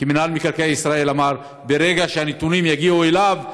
כי מינהל מקרקעי ישראל אמר: ברגע שהנתונים יגיעו אליו,